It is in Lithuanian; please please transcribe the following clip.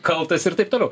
kaltas ir taip toliau